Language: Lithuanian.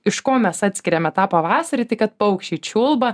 iš ko mes atskiriame tą pavasarį tai kad paukščiai čiulba